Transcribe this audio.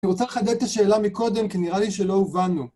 אני רוצה לחדד את השאלה מקודם, כי נראה לי שלא הובנו.